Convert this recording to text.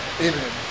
Amen